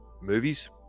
movies